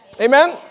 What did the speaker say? Amen